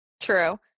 true